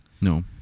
no